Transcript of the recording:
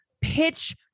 pitch